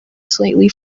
slightly